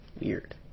Weird